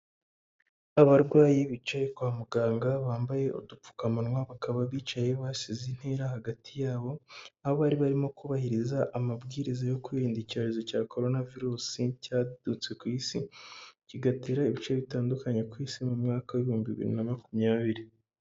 Abarwayi bicaye kwa muganga, bambaye udupfukamunwa, bakaba bicaye basize intera hagati yabo, aho bari barimo kubahiriza amabwiriza yo kwirinda icyorezo cya corona virusi cyadutse ku isi, kigatera ibice bitandukanye ku isi, mu mwaka w'ibihumbi bibiri na makumyabiri.